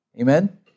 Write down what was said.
Amen